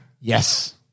yes